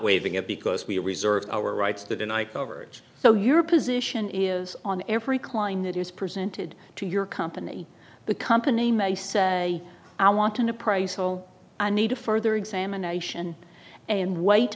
waiving it because we reserve our rights to deny coverage so your position is on every kline that is presented to your company the company may say i want an appraisal i need a further examination and wait